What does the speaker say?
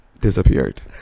disappeared